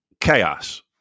Chaos